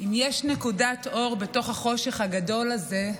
אם יש נקודת אור בתוך החושך הגדול הזה,